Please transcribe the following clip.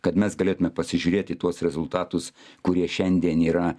kad mes galėtume pasižiūrėt į tuos rezultatus kurie šiandien yra